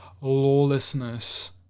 lawlessness